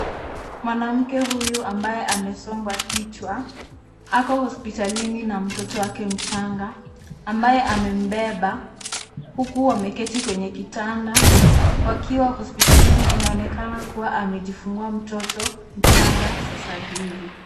Mwanamke huyu ambaye amesongwa kichwa ako hospitalini na mtoto wake mchanga ambaye amembeba huku wameketi kwenye kitanda wakiwa hospitalini inaonekana kuwa amejifungua mtoto mchanga sasa hivi.